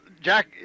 Jack